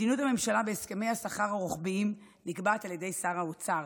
מדיניות הממשלה בהסכמי השכר הרוחביים נקבעת על ידי שר האוצר.